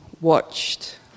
watched